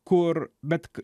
kur bet